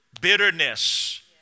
bitterness